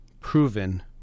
proven